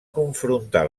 confrontar